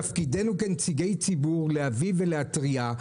תפקידנו כנציגי ציבור להביא ולהתריע.